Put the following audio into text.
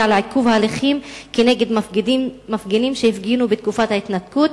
לעיכוב ההליכים כנגד מפגינים שהפגינו בתקופת ההתנתקות?